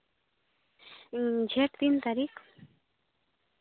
ᱡᱷᱮᱸᱴ ᱛᱤᱱ ᱛᱟᱹᱨᱤᱠᱷ